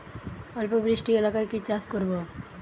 অল্প বৃষ্টি এলাকায় কি চাষ করব?